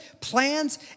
plans